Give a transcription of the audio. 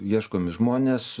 ieškomi žmonės